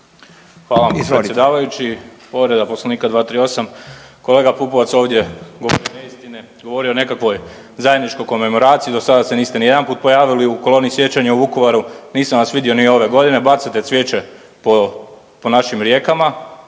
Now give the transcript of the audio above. Hvala vam predsjedavajući. Povreda Poslovnika 238. kolega Pupovac ovdje govori neistine, govori o nekakvoj zajedničkoj komemoraciji, do sada se niste niti jedanput pojavili u Koloni sjećanja u Vukovaru, nisam vas vidio ni ove godine. Bacate cvijeće po našim rijekama,